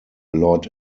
lord